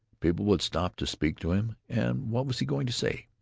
people would stop to speak to him, and what was he going to say?